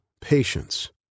patience